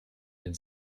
den